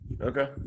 Okay